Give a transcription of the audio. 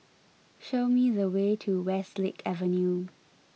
show me the way to Westlake Avenue